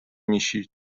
میشید